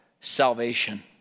salvation